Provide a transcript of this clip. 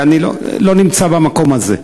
אני לא נמצא במקום הזה.